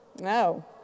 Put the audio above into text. No